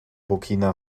burkina